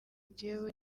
njyewe